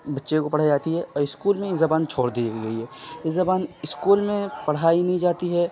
بچے کو پڑھائی جاتی ہے اور اسکول میں یہ زبان چھوڑ دی گئی ہے یہ زبان اسکول میں پڑھائی نہیں جاتی ہے